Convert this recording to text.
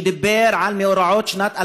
שדיבר על מאורעות שנת 2000,